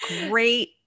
great